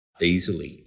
easily